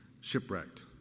shipwrecked